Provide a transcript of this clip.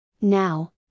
Now